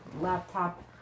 laptop